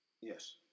Yes